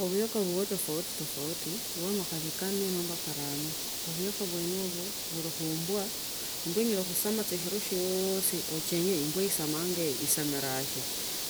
Obuyaka bulio tofauti tofauti bwakanne nomba korana buyoka bwenebo buli khuimbwa imbwa inyala khusama sa shilo shiosi uchenye imbwa isamanga ino isamanga shi